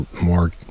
more